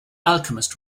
alchemist